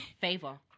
Favor